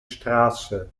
straße